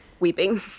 weeping